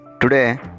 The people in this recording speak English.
today